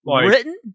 Written